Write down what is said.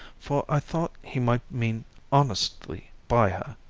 for i thought he might mean honestly by her,